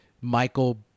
michael